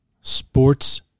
sports